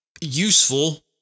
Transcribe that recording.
useful